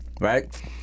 right